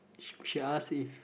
she she ask if